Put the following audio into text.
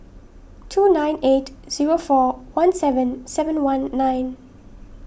two nine eight zero four one seven seven one nine